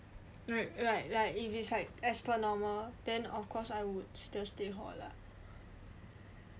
like like if it's like as per normal then of course I would still stay at hall lah